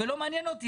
ולא מעניין אותי.